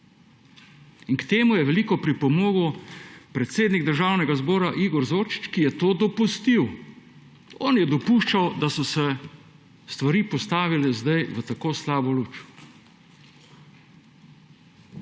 In k temu je veliko pripomogel predsednik Državnega zbora Igor Zorčič, ki je to dopustil. On je dopuščal, da so se stvari postavile zdaj v teko slabo luč.